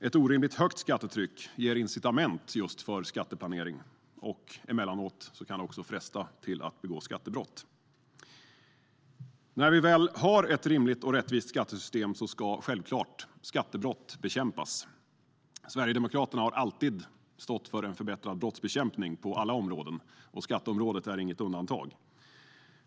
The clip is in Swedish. Ett orimligt högt skattetryck ger incitament just för skatteplanering, och emellanåt kan det också fresta till att begå skattebrott. När vi väl har ett rimligt och rättvist skattesystem ska självklart skattebrott bekämpas. Sverigedemokraterna har alltid stått för en förbättrad brottsbekämpning på alla områden, och skatteområdet är inget undantag.